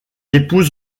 épouse